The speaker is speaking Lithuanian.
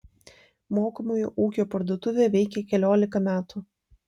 mokomojo ūkio parduotuvė veikia keliolika metų